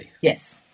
Yes